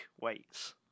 weights